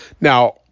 Now